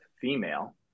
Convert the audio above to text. female